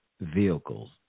vehicles